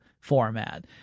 format